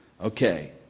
Okay